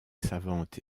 savante